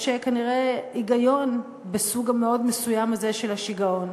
יש כנראה היגיון בסוג המאוד-מסוים הזה של השיגעון,